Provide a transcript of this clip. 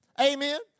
Amen